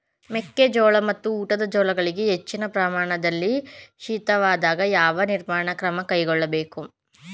ಮೆಕ್ಕೆ ಜೋಳ ಮತ್ತು ಊಟದ ಜೋಳಗಳಿಗೆ ಹೆಚ್ಚಿನ ಪ್ರಮಾಣದಲ್ಲಿ ಶೀತವಾದಾಗ, ಯಾವ ನಿರ್ವಹಣಾ ಕ್ರಮ ಕೈಗೊಳ್ಳಬೇಕು?